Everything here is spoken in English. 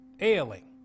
ailing